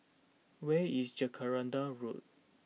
where is Jacaranda Road